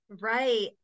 Right